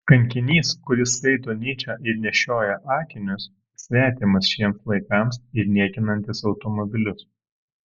kankinys kuris skaito nyčę ir nešioja akinius svetimas šiems laikams ir niekinantis automobilius